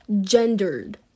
gendered